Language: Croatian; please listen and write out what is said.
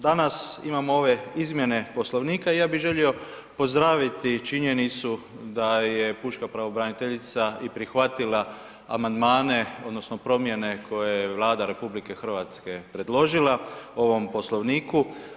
Danas imamo ove izmjene Poslovnika, ja bih želio pozdraviti činjenicu da je pučka pravobraniteljica i prihvatila amandmane odnosno promjene koje je Vlada RH predložila ovom Poslovniku.